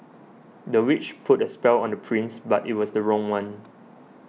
the witch put a spell on the prince but it was the wrong one